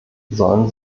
sollen